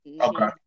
Okay